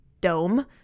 dome